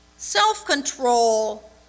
self-control